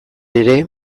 ere